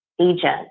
agent